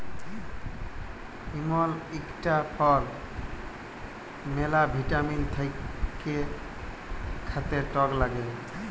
ইমল ইকটা ফল ম্যালা ভিটামিল থাক্যে খাতে টক লাগ্যে